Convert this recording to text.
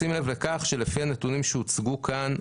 לשים לב לכך שלפי הנתונים שהוצגו כאן,